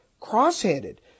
cross-handed